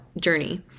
journey